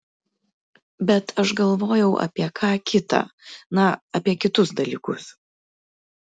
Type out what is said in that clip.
bet aš galvojau apie ką kita na apie kitus dalykus